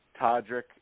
Todrick